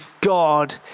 God